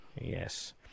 Yes